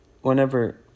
whenever